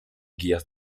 guías